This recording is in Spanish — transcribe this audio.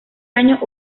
año